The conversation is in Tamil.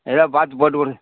எதாவது பார்த்து போட்டுக்கொடுங்